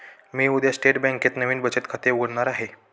मी उद्या स्टेट बँकेत नवीन बचत खाते उघडणार आहे